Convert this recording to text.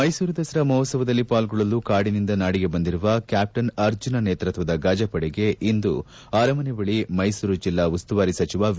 ಮೈಸೂರು ದಸರಾ ಮಹೋತ್ಸವದಲ್ಲಿ ಪಾಲ್ಗೊಳ್ಳಲು ಕಾಡಿನಿಂದ ನಾಡಿಗೆ ಬಂದಿರುವ ಕ್ಯಾಪ್ಟನ್ ಅರ್ಜುನ ನೇತೃತ್ವದ ಗಜಪಡೆಗೆ ಇಂದು ಅರಮನೆ ಬಳಿ ಮೈಸೂರು ಜಿಲ್ಲಾ ಉಸ್ತುವಾರಿ ಸಚಿವ ವಿ